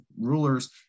rulers